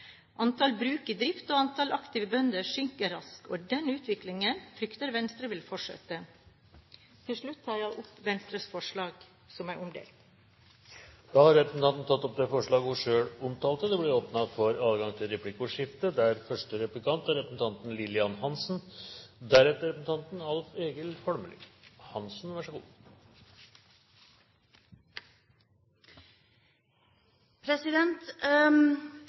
Antall bruk i drift og antall aktive bønder synker raskt, og den utviklingen frykter Venstre vil fortsette. Til slutt: Jeg tar opp Venstres forslag, som er omdelt. Representanten Borghild Tenden har tatt opp de forslagene hun omtalte. Det blir åpnet for